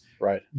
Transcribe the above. Right